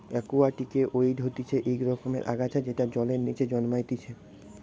একুয়াটিকে ওয়িড হতিছে ইক রকমের আগাছা যেটা জলের নিচে জন্মাইতিছে